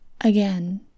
Again